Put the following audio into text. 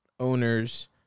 owners